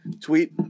tweet